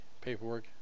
paperwork